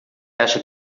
acha